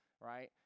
right